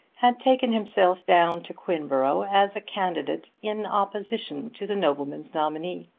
had taken himself down to quinborough as a candidate in opposition to the nobleman's nominee.